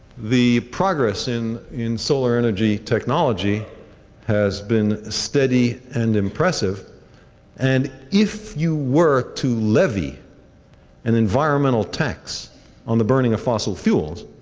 the progress in in solar energy technology has been steady and impressive and if you were to levy an environmental tax on the burning of fossil fuels,